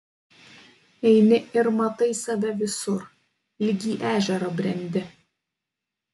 eini ir matai save visur lyg į ežerą brendi